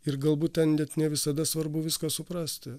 ir galbūt ten net ne visada svarbu viską suprasti